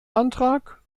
antrag